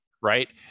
Right